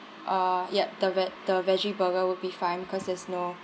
uh yup the ve~ the veggie burger would be fine because there's no